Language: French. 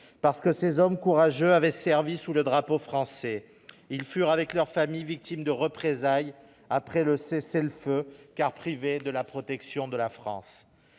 Parce que ces hommes courageux avaient servi sous le drapeau français, ils furent, avec leurs familles, victimes de représailles après le cessez-le-feu, car privés de la protection de la France.